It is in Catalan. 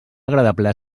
agradable